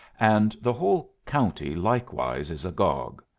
and the whole county likewise is agog.